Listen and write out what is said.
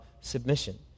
submission